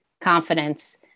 confidence